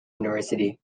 university